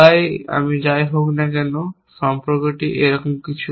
তাই আমি যাই হোক না কেন সম্পর্কটি এইরকম কিছু